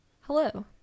Hello